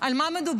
על מה מדובר?